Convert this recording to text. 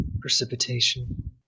Precipitation